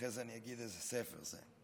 אחר כך אני אגיד איזה ספר זה: